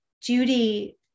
Judy